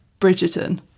Bridgerton